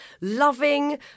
loving